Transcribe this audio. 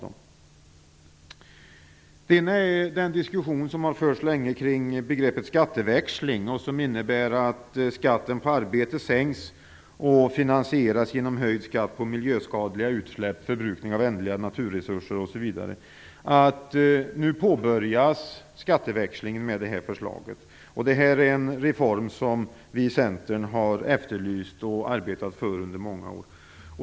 Det har länge förts en diskussion kring begreppet skatteväxling, som innebär att skatten på arbete sänks och finansieras genom höjd skatt på miljöskadliga utsläpp, förbrukning av ändliga naturresurser osv. Med detta förslag påbörjas skatteväxlingen. Detta är en reform som vi i Centern har efterlyst och arbetat för under många år.